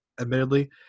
admittedly